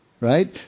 right